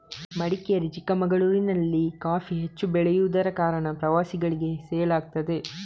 ಮಡಿಕೇರಿ, ಚಿಕ್ಕಮಗಳೂರಿನಲ್ಲಿ ಕಾಫಿ ಹೆಚ್ಚು ಬೆಳೆಯುದರ ಕಾರಣ ಪ್ರವಾಸಿಗಳಿಗೆ ಸೇಲ್ ಆಗ್ತದೆ